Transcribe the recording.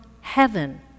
heaven